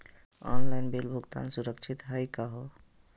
Online bill भुगतान सुरक्षित हई का हो?